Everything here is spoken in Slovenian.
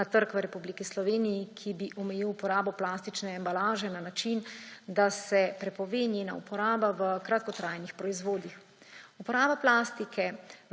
na trg v Republiki Sloveniji, ki bi omejil uporabo plastične embalaže na način, da se prepove njena uporaba v kratkotrajnih proizvodih. Uporaba plastike